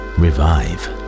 revive